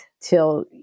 till